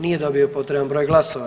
Nije dobio potreban broj glasova.